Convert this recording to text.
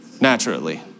naturally